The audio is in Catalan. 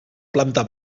planta